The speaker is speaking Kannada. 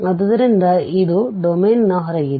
ಆದ್ದರಿಂದ ಇದು ಡೊಮೇನ್ನ ಹೊರಗಿದೆ